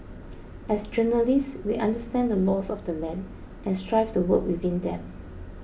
as journalists we understand the laws of the land and strive to work within them